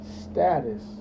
status